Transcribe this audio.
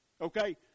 Okay